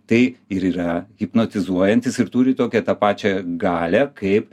tai ir yra hipnotizuojantys ir turi tokią tą pačią galią kaip